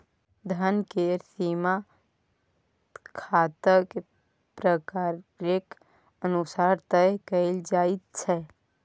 धन केर सीमा खाताक प्रकारेक अनुसार तय कएल जाइत छै